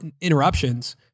interruptions